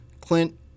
Clint